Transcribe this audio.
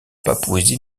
papouasie